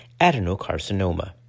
adenocarcinoma